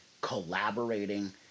collaborating